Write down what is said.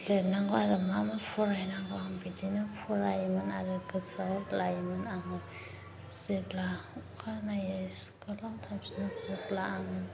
लिरनांगौ आरो मा मा फरायनांगौमोन आं बिदिनो फरायोमोन आरो गोसोआव लायोमोन आङो जेब्ला अखानायै स्कुलाव थांफिनो अब्ला आङो